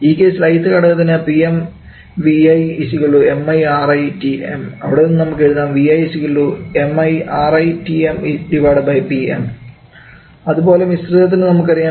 ഈ കേസിൽ ith ഘടക ത്തിന് 𝑃𝑚 𝑉𝑖 𝑚𝑖𝑅𝑖 𝑇𝑚 അവിടെ നിന്നും നമുക്ക് എഴുതാം അതുപോലെ പോലെ മിശ്രിതത്തിന് നമുക്കറിയാം